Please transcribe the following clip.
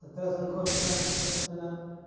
तत्र सङ्गोष्ठ्यां कश्चन